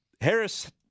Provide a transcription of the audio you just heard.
Harris